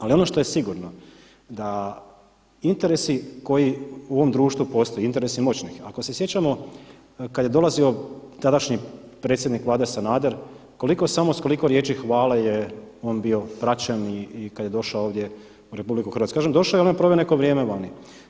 Ali ono što je sigurno da interesi koji u ovom društvu postoje, interesi moćnih, ako se sjećamo kada je dolazio tadašnji predsjednik vlade Sanader, s koliko riječi hvale je on bio praćen i kada je došao ovdje u RH, kažem došao je i onda je proveo neko vrijeme vani.